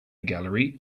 gallery